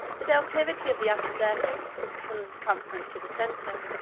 the declivity of the upper surface, from the circumference to the centre,